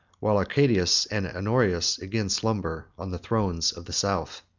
while arcadius and honorius again slumber on the thrones of the south.